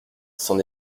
s’en